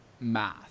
math